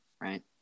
right